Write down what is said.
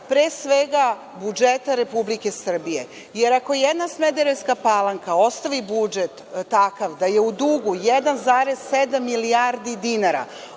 pre svega budžeta Republike Srbije, jer ako jedna Smederevska Palanka ostavi takav budžet da je u dugu 1,7 milijardi dinara,